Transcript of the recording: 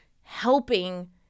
helping